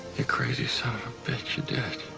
you crazy son ofa bitch, you did